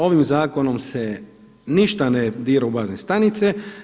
Ovim zakonom se ništa ne dira u bazne stanice.